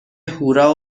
هورا